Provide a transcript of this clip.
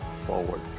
forward